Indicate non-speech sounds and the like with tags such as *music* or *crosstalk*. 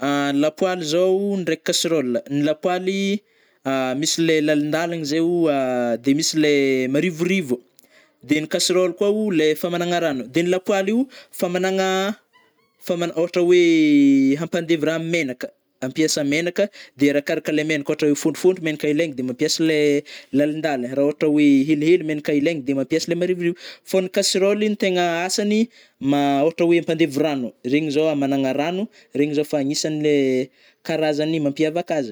*hesitation* Lapoaly zao *hesitation* ndraiky casserole, ny lapoaly *hesitation* misy lay lalindaligna zai oa *hesitation* de misy lay marivorivo, de gny casserole koa o le famanagna rano de gny lapoaly io famagnana- famagnana ôhatra oe hampandevy raha am menaka, hampiasa menaka de arakarakanle menaka ôhatra oe fontrofontro megnaka ilaigny de mampiasa le *hesitation* lalindaligny, rah ôhatra oe *hesitation* helihely megnaka ilaigny de mampiasa le marivorivo, fô ny casserole tegna asagny ma *hesitation* ôhatra oe ampandevy rano, regny zao amagnana rano, regny zao fa agnisanle *hesitation* karazagny mampiavaka azy.